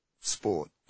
sport